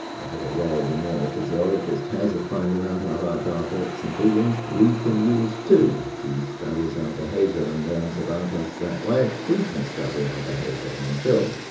whatever way the neurophysiologist has of finding out ah about our thoughts and feelings, we can use too. if he studies our behaviour and learns about us that way, we can study our behaviour on a film.